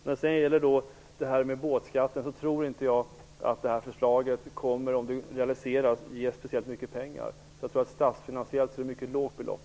Jag tror inte att förslaget om båtskatt kommer att ge speciellt mycket pengar om det realiseras. Jag tror att det statsfinansiellt kommer att vara ett mycket lågt belopp.